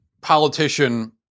politician